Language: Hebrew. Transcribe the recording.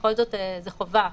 בכל זאת זו חובה,